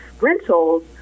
rentals